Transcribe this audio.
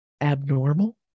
abnormal